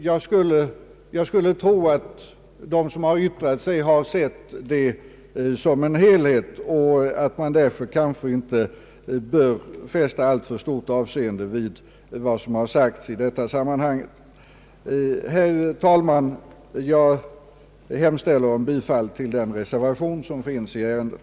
Jag skulle tro att de som har yttrat sig har sett verksamheten som en helhet, varför man kanske inte bör fästa alltför stort avseende vid vad som sagts i detta sammanhang. Herr talman! Jag hemställer om bifall till den reservation som finns i ärendet.